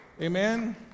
Amen